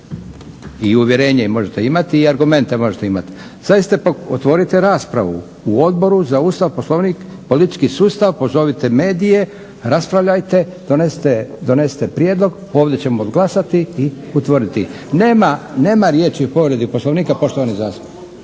i uvjerenje možete imati i argumente možete imati. …/Govornik se ne razumije./… otvorite raspravu u Odboru za Ustav, Poslovnik, politički sustav, pozovite medije, raspravljajte, donesite prijedlog, ovdje ćemo odglasati i utvrditi. Nema, nema riječi o povredi Poslovnika poštovani zastupniče.